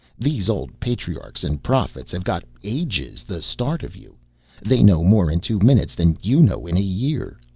these old patriarchs and prophets have got ages the start of you they know more in two minutes than you know in a year.